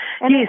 Yes